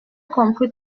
compris